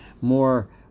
more